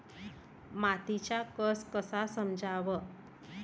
मातीचा कस कसा समजाव?